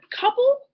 couple